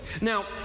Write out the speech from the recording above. Now